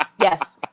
Yes